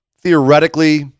theoretically